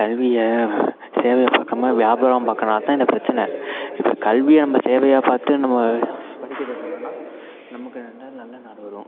கல்வியை சேவையாக பார்க்காம வியாபாரமாக பார்க்கறனால தான் இந்த பிரச்சின இப்போ கல்வியை நம்ம சேவையாக பார்த்து நம்ம படிக்க வைக்கிறோனால் நமக்கு எல்லாம் நல்ல நாடு வரும்